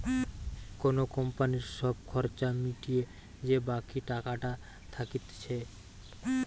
কোন কোম্পানির সব খরচা মিটিয়ে যে বাকি টাকাটা থাকতিছে